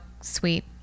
sweet